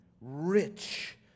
rich